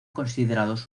considerados